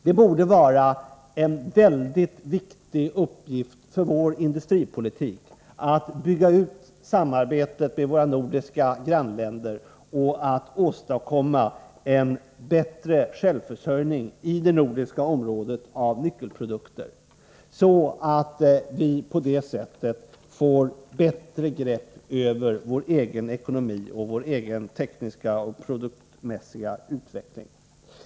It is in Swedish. Det borde vara en väldigt viktig uppgift för vår industripolitik att bygga ut samarbetet med våra nordiska grannländer och att åstadkomma en bättre självförsörjning av nyckelprodukter i det nordiska området så att vi på det sättet får bättre grepp över vår egen ekonomi och vår egen tekniska och produktmässiga utveckling.